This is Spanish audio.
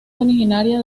originaria